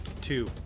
Two